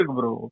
bro